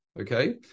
Okay